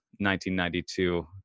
1992